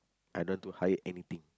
I don't want to hire anything